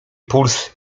puls